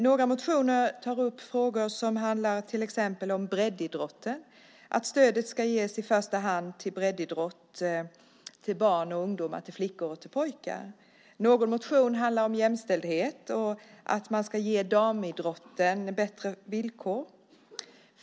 Några motioner tar upp frågor som handlar om breddidrotten och att stöd ska ges i första hand till breddidrott för barn och ungdomar och flickor och pojkar. Någon motion handlar om jämställdhet och att man ska ge damidrotten bättre villkor.